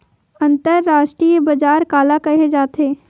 अंतरराष्ट्रीय बजार काला कहे जाथे?